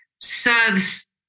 serves